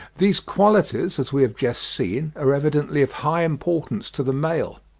these qualities, as we have just seen, are evidently of high importance to the male.